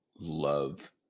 love